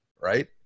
right